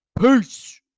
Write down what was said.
Peace